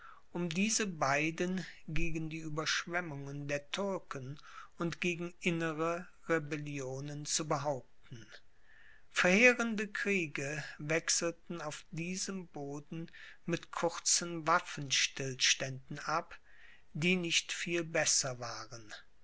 um diese beiden gegen die ueberschwemmungen der türken und gegen innere rebellionen zu behaupten verheerende kriege wechselten auf diesem boden mit kurzen waffenstillständen ab die nicht viel besser waren